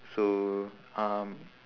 so um